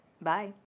Bye